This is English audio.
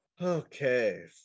Okay